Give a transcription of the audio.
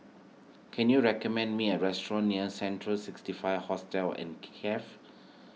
can you recommend me a restaurant near Central sixty five Hostel and Cafe